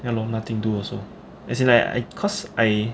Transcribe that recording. ya lor nothing to do also as in like I because I